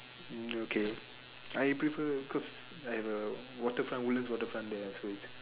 mm okay I prefer cause I have a waterfront woodlands waterfront there so